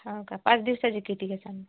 हो का पाच दिवसाचे किती घेसान